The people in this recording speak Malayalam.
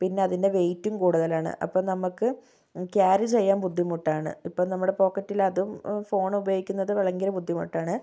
പിന്നെ അതിൻ്റെ വെയിറ്റും കൂടുതലാണ് അപ്പം നമുക്ക് ക്യാരി ചെയ്യാൻ ബുദ്ധിമുട്ടാണ് ഇപ്പം നമ്മുടെ പോക്കറ്റിലതും ഫോൺ ഉപയോഗിക്കുന്നത് ഭയങ്കര ബുദ്ധിമുട്ടാണ്